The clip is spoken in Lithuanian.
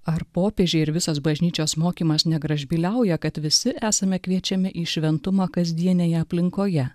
ar popiežiai ir visas bažnyčios mokymas negražbyliauja kad visi esame kviečiami į šventumą kasdienėje aplinkoje